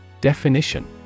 Definition